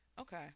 Okay